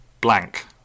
blank